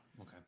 okay